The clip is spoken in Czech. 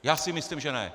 Já si myslím, že ne!